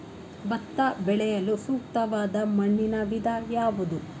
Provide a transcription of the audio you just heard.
ಭತ್ತ ಬೆಳೆಯಲು ಸೂಕ್ತವಾದ ಮಣ್ಣಿನ ವಿಧ ಯಾವುದು?